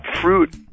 fruit